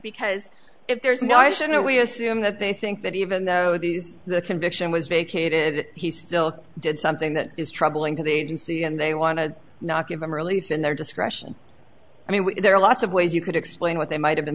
because if there is no i shouldn't we assume that they think that even though these the conviction was vacated that he still did something that is troubling today and and they want to not give them relief in their discretion i mean there are lots of ways you could explain what they might have been